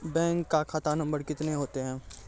Bank का खाता नम्बर कितने होते हैं?